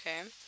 Okay